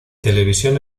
televisión